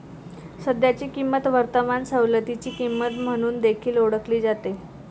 सध्याची किंमत वर्तमान सवलतीची किंमत म्हणून देखील ओळखली जाते